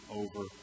over